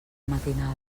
matinada